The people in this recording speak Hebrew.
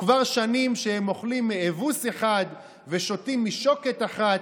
וכבר שנים שהם אוכלים מאבוס אחד ושותים משוקת אחת.